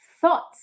thoughts